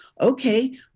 Okay